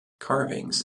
carvings